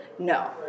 No